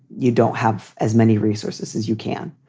you don't have as many resources as you can.